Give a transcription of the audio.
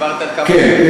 כן.